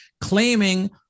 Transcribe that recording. claiming